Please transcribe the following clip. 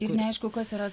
ir neaišku kas yra